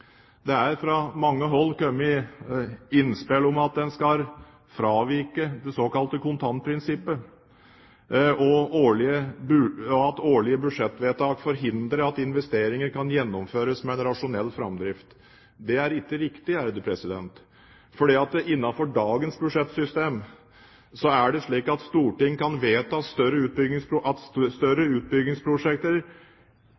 en skal fravike det såkalte kontantprinsippet, og at årlige budsjettvedtak forhindrer at investeringer kan gjennomføres med rasjonell framdrift. Det er ikke riktig. For innenfor dagens budsjettsystem kan Stortinget vedta større utbyggingsprosjekter gjennom å godkjenne en kostnadsramme for prosjektet og gi departementet fullmakt til å inngå kontrakter som forplikter staten utover det